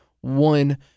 one